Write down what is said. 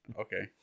Okay